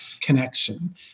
connection